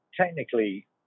technically